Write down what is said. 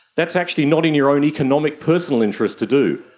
that's actually not in your own economic personal interest to do.